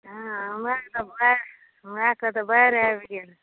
हमरा एहिठाम तऽ बाढ़ि आबि गेल छै